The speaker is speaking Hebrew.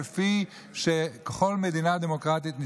כפי שהיא נשמרת בכל מדינה דמוקרטית,